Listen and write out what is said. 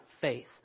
faith